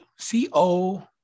C-O